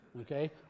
okay